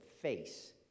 face